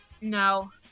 No